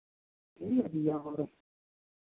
ठीक भैया और